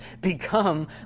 become